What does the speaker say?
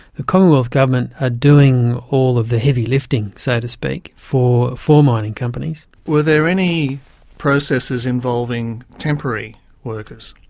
the commonwealth government are doing all of the heavy lifting, so to speak, for for mining companies. were there any processes involving temporary workers?